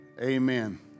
Amen